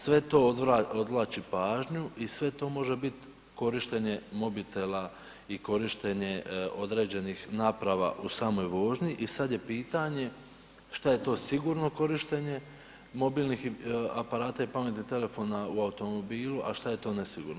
Sve to odvlači pažnju i sve to može biti korištenje mobitela i korištenje određenih naprava u samoj vožnji i sad je pitanje što je to sigurno korištenje mobilnih aparata i pametnih telefona u automobilu, a što je to nesigurno.